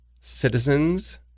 Citizens